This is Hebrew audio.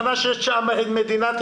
נופל לו יום והוא לא משלם שישה ימי עבודה.